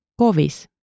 Kovis